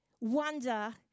wonder